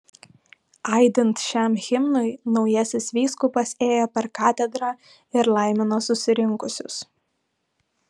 aidint šiam himnui naujasis vyskupas ėjo per katedrą ir laimino susirinkusius